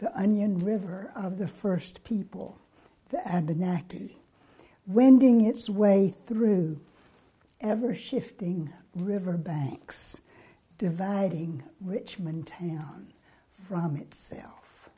the onion river of the first people that had the natty wending its way through ever shifting river banks dividing richmond town from itself